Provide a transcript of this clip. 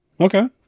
Okay